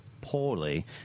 poorly